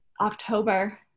October